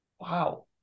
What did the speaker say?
wow